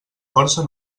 força